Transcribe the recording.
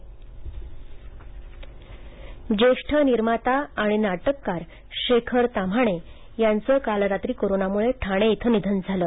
शेखर ताम्हाणे निधन ज्येष्ठ निर्माता आणि नाटककार शेखर ताम्हाणे यांचे काल रात्री कोरोनामुळे ठाणे इथं निधन झालं